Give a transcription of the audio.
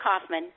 Kaufman